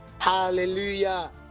hallelujah